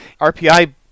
RPI